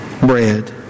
bread